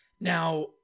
Now